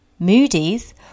Moody's